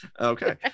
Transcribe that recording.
Okay